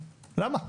למה?